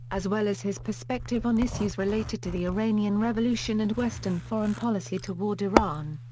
as well as his perspective on issues related to the iranian revolution and western foreign policy toward iran.